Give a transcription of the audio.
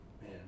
Man